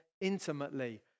intimately